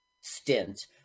stint